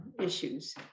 issues